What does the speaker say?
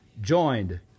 joined